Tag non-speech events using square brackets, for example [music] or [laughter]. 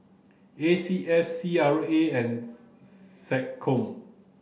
A C S C R A [unintelligible]